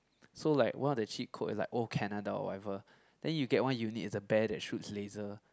so like one of the cheat code is like old Canada or whatever then you get one unit is a bear that shoots laser